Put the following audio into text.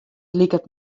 liket